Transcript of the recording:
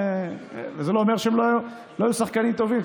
וזה לא אומר שהם לא היו שחקנים טובים.